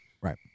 Right